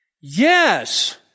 Yes